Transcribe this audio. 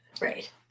right